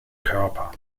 körper